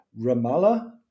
Ramallah